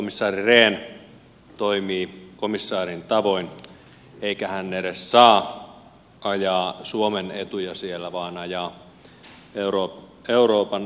komisaari rehn toimii komissaarin tavoin eikä hän edes saa ajaa suomen etuja siellä vaan ajaa euroopan komission etuja